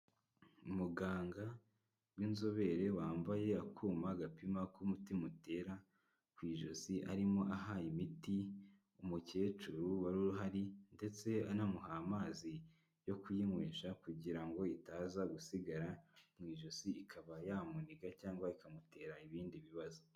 Umuganga w'inzobere, wambaye akuma agapima uko umutima utera, ku ijosi, arimo aha imiti umukecuru wari uhari, ndetse anamuha amazi yo kuyinywesha, kugira ngo itaza gusigara mu ijosi ikaba yamuniga, cyangwa ikamutera ibindi bibazo.